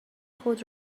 خود